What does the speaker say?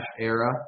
era